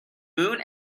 moon